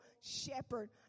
shepherd